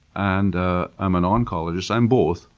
and ah i'm an oncologist. i'm both.